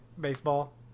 baseball